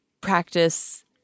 practice